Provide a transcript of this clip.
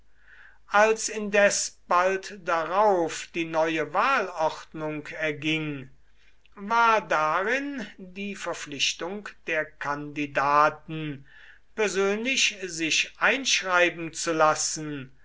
als indes bald darauf die neue wahlordnung erging war darin die verpflichtung der kandidaten persönlich sich einschreiben zu lassen